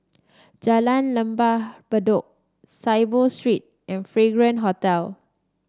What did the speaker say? Jalan Lembah Bedok Saiboo Street and Fragrance Hotel